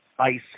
ice